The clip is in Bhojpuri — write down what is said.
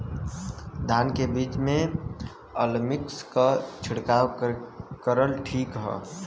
धान के बिज में अलमिक्स क छिड़काव करल ठीक ह?